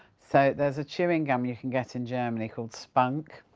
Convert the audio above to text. so, there's a chewing gum you can get in germany called spunk,